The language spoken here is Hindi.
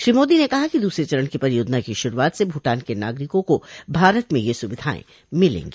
श्री मोदी ने कहा कि दूसरे चरण की परियोजना की शुरूआत से भूटान के नागरिकों को भारत में ये सूविधाएं मिलेंगी